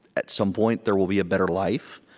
at some point, there will be a better life.